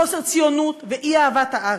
בחוסר ציונות ובאי-אהבת הארץ,